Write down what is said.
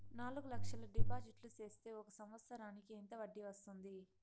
నాలుగు లక్షల డిపాజిట్లు సేస్తే ఒక సంవత్సరానికి ఎంత వడ్డీ వస్తుంది?